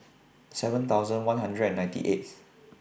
seven thousand one hundred and ninety eighth